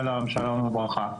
שלום, שלום וברכה.